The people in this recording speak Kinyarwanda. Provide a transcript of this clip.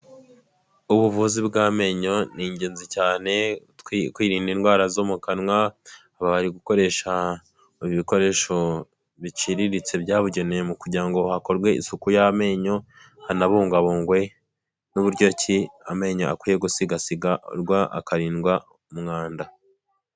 Ubuvuzi bw'amenyo ni ingenzi cyane kwirinda indwara zo mu kanwa, aba bari gukoresha ibikoresho biciriritse byabugenewe kugira ngo hakorwe isuku y'amenyo, hanabugwabungwe n'uburyo ki amenyo akwiye gusigasirwa akarindwa umwanda.